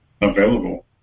available